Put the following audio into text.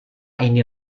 ini